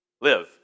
live